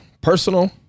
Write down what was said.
personal